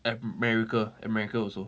america america also